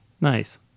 nice